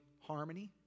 harmony